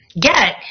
get